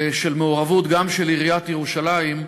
ומעורבות גם של עיריית ירושלים,